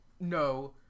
No